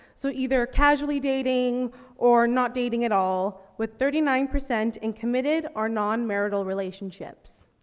so either casually dating or not dating at all, with thirty nine percent in committed or non-marital relationships.